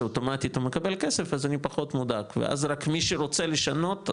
שאוטומטית הוא מקבל כסף אז אני פחות מודאג ואז רק מי שרוצה לשנות,